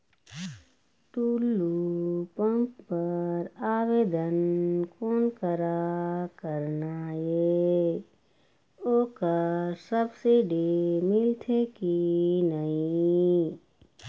Tullu pump बर आवेदन कोन करा करना ये ओकर सब्सिडी मिलथे की नई?